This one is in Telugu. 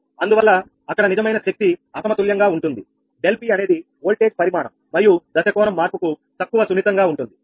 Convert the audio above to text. అందువల్ల అక్కడ నిజమైన శక్తి అసమతుల్యంగా ఉంటుంది ∆𝑃 అనేది ఓల్టేజ్ పరిమాణం మరియు దశ కోణం మార్పు కు తక్కువ సున్నితంగా ఉంటుంది